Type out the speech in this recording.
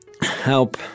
help